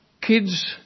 Kids